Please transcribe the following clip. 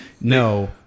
no